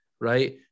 right